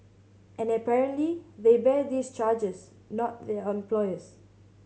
and apparently they bear these charges not their employers